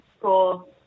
cool